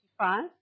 25